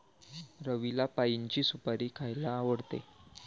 रवीला पाइनची सुपारी खायला आवडते